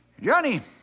Johnny